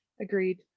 Agreed